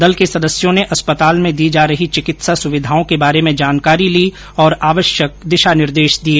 दल के सदस्यों ने अस्पताल में दी जा रही चिकित्सा सुविधाओं के बारे में जानकारी ली और आवश्यक दिशा निर्देश दिए